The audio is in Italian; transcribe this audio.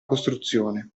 costruzione